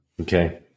Okay